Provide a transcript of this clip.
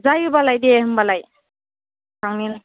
जायोबालाय दे होनबालाय थांनि